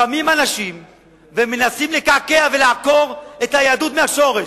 קמים אנשים ומנסים לקעקע ולעקור את היהדות מהשורש.